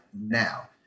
now